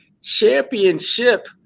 championship